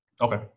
Okay